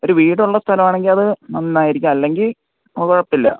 ഒരു വീടുള്ള സ്ഥലമാണെങ്കിൽ അതു നന്നായിരിക്കും അല്ലെങ്കിൽ ഒതകത്തില്ല